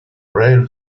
rare